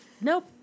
nope